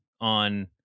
on